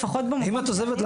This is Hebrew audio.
לפחות --- אם את עוזבת,